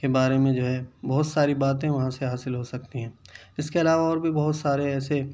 کے بارے میں جو ہے بہت ساری باتیں وہاں سے حاصل ہو سکتی ہیں اس کے علاوہ اور بھی بہت سارے ایسے